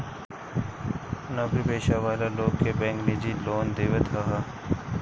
नोकरी पेशा वाला लोग के बैंक निजी लोन देवत हअ